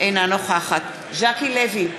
אינה נוכחת ז'קי לוי,